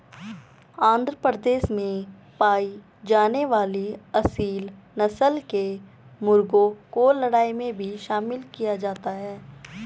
आंध्र प्रदेश में पाई जाने वाली एसील नस्ल के मुर्गों को लड़ाई में भी शामिल किया जाता है